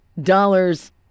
dollars